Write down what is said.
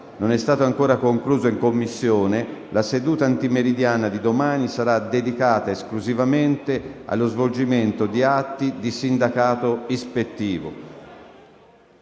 non si è ancora concluso in Commissione, la seduta antimeridiana di domani sarà dedicata esclusivamente allo svolgimento di atti di sindacato ispettivo.